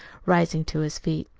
rising to his feet.